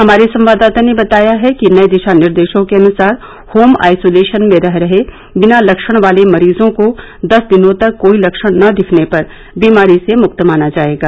हमारे संवाददाता ने बताया है कि नए दिशानिर्देशों के अनुसार होम आइसोलेशन में रह रहे बिना लक्षण वाले मरीजों को दस दिनों तक कोई लक्षण न दिखने पर बीमारी से मुक्त माना जाएगा